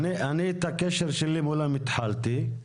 אני את הקשר שלי מולם התחלתי,